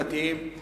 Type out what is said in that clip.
לדתיים,